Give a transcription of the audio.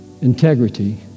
integrity